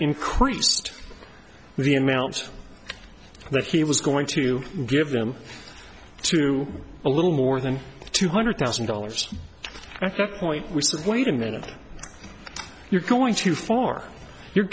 increased the amount that he was going to give them to a little more than two hundred thousand dollars at that point we said wait a minute you're going too far you're